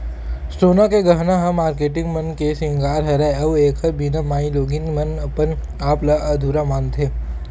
सोना के गहना ह मारकेटिंग मन के सिंगार हरय अउ एखर बिना माइलोगिन मन अपन आप ल अधुरा मानथे